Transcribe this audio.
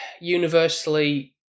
Universally